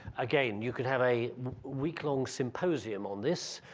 again, you could have a week long symposium on this.